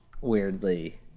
weirdly